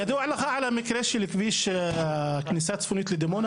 ידוע לך על המקרה של כביש הכניסה הצפונית לדימונה?